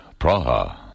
Praha